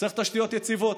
צריך תשתיות יציבות.